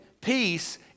Peace